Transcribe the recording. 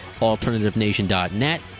AlternativeNation.net